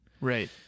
right